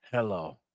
Hello